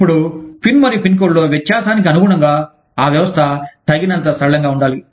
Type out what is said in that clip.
ఇప్పుడు పిన్ మరియు పిన్ కోడ్లో వ్యత్యాసానికి అనుగుణంగా ఆ వ్యవస్థ తగినంత సరళంగా ఉండాలి